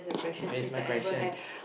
next my question